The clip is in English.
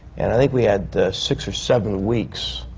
and i think we had six or seven weeks.